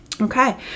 Okay